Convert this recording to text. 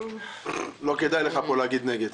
טיבי, לא כדאי לך פה להגיד נגד.